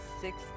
six